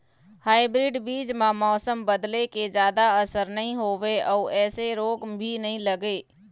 hybrid बीज म मौसम बदले के जादा असर नई होवे अऊ ऐमें रोग भी नई लगे